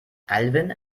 alwin